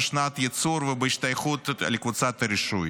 בשנת הייצור וההשתייכות לקבוצת הרישוי.